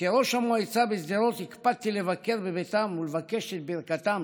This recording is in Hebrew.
וכראש המועצה בשדרות הקפדתי לבקר בביתם ולבקש את ברכתם